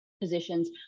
positions